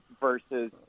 versus